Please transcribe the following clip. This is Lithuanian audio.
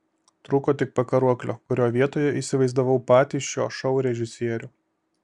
trūko tik pakaruoklio kurio vietoje įsivaizdavau patį šio šou režisierių